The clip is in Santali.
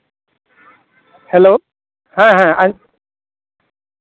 ᱦᱮᱞᱳ ᱦᱮᱸ ᱦᱮᱸ ᱦᱮᱸ